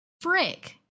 Frick